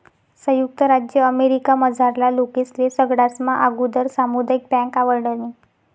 संयुक्त राज्य अमेरिकामझारला लोकेस्ले सगळास्मा आगुदर सामुदायिक बँक आवडनी